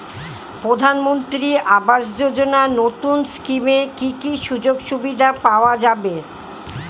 প্রধানমন্ত্রী আবাস যোজনা নতুন স্কিমে কি কি সুযোগ সুবিধা পাওয়া যাবে?